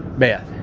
meth